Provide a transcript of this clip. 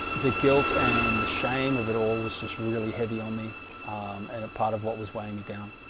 the guilt and the shame of it all was just really heavy on me and a part of what, was weighing me down